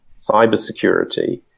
cybersecurity